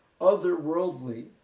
otherworldly